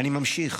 ואני ממשיך.